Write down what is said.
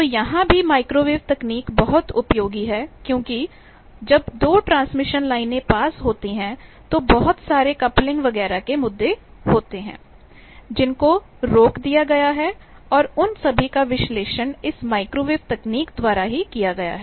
तो यहां भी माइक्रोवेव तकनीक बहुत उपयोगी है क्योंकि जब दो ट्रांसमिशन लाइनें पास होती हैं तो बहुत सारे कपलिंग वगैरह के मुद्दे होते हैं जिनको रोक दिया गया है और उन सभी का विश्लेषण इस माइक्रोवेव तकनीक द्वारा किया गया है